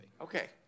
Okay